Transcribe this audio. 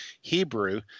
Hebrew